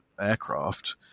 aircraft